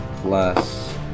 plus